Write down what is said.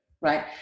right